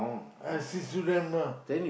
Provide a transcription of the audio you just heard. I still student mah